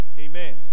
Amen